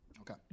Okay